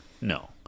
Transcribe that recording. No